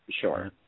Sure